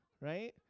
right